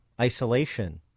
isolation